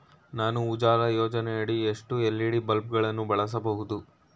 ನಾನು ಉಜಾಲ ಯೋಜನೆಯಡಿ ಎಷ್ಟು ಎಲ್.ಇ.ಡಿ ಬಲ್ಬ್ ಗಳನ್ನು ಬಳಸಬಹುದು?